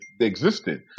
existed